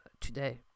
today